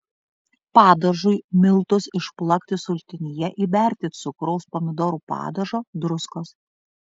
padažui miltus išplakti sultinyje įberti cukraus pomidorų padažo druskos